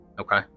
Okay